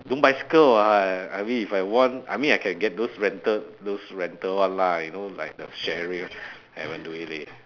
no bicycle [what] I mean if I want I mean I can get those rented those rental one lah you know like the sharing haven't do it leh